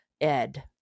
ed